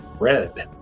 red